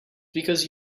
because